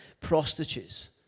prostitutes